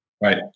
Right